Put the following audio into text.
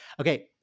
Okay